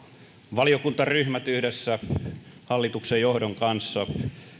valiokuntaryhmät yhdessä hallituksen johdon kanssa